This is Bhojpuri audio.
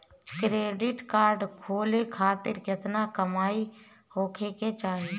क्रेडिट कार्ड खोले खातिर केतना कमाई होखे के चाही?